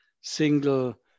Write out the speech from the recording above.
single